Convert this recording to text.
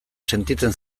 sentitzen